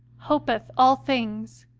hopeth all things,